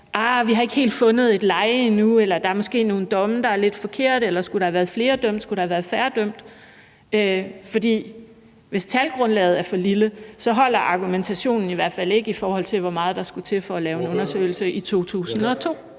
har fundet et leje endnu, eller også, at der måske er nogle domme, der er lidt forkerte, eller at der skulle have været dømt flere eller færre. For hvis talgrundlaget er for lille, holder argumentationen i hvert fald ikke, i forhold til hvor meget der skulle til for at lave en undersøgelse i 2002.